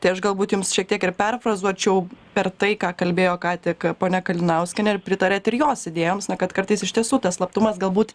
tai aš galbūt jums šiek tiek ir perfrazuočiau per tai ką kalbėjo ką tik ponia kalinauskienė ar pritariat ir jos idėjoms na kad kartais iš tiesų tas slaptumas galbūt